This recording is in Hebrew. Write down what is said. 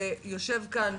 יושב כאן